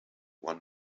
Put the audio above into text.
one